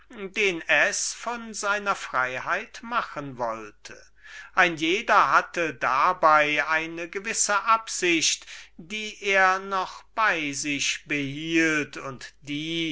den es von seiner freiheit machen wollte ein jeder hatte dabei eine gewisse absicht die er noch bei sich behielt und die